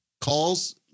calls